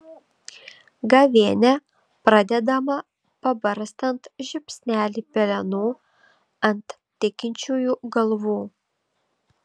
gavėnia pradedama pabarstant žiupsnelį pelenų ant tikinčiųjų galvų